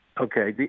Okay